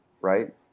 Right